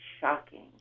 shocking